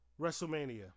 WrestleMania